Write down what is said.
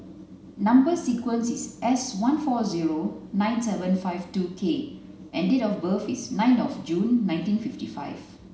number sequence is S one four zero nine seven five two K and date of birth is nine of June nineteen fifty five